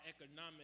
economic